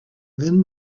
then